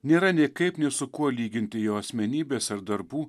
nėra nei kaip nei su kuo lyginti jo asmenybės ir darbų